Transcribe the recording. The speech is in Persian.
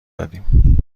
دادیم